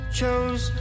chose